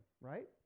right